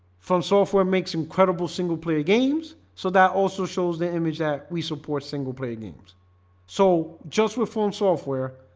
from software makes incredible single-player games, so that also shows the image that we support single-player games so just reform software.